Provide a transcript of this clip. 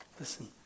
Listen